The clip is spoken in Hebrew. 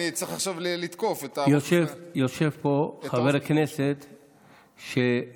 אני צריך עכשיו לתקוף את --- יושב פה חבר הכנסת שמסוגל,